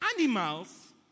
animals